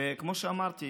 כמו שאמרתי,